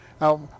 Now